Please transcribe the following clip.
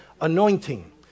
anointing